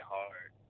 hard